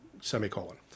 semicolon